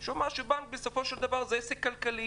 שהוא אמר שבנק בסופו של דבר זה עסק כלכלי.